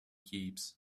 keeps